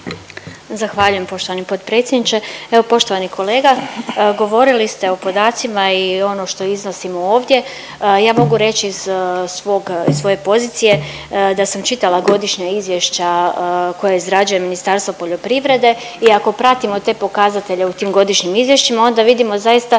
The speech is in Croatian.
Zahvaljujem poštovani potpredsjedniče. Evo, poštovani kolega govorili ste o podacima i ono što iznosimo ovdje. Ja mogu reći iz svog, svoje pozicije da sam čitala godišnja izvješća koja izrađuje Ministarstvo poljoprivrede i ako pratimo te pokazatelje u tim godišnjim izvješćima onda vidimo zaista